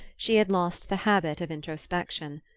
she had lost the habit of introspection.